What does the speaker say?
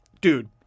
dude